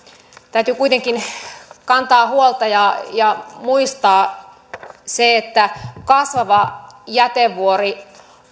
täytyy kuitenkin kantaa huolta ja ja muistaa se että kasvava jätevuori